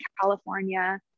California